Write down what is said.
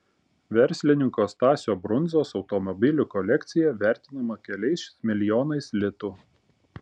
verslininko stasio brundzos automobilių kolekcija vertinama keliais milijonais litų